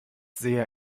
sehr